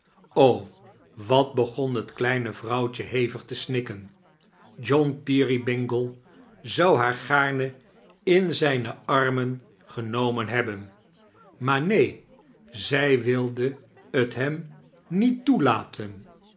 wat begon het heine vrouwtje hevig te snikken john peerybingle zou haar gaarne in zijne amien genomen hebben maar neen zij wild t hem niet toelaten